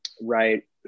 Right